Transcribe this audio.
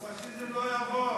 הפאשיזם לא יעבור.